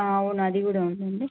ఆ అవును అది కూడా ఉందండి